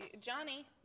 Johnny